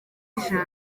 ijana